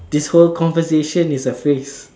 this whole conversation is a phrase